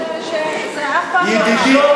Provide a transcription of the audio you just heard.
כי זה אף פעם לא,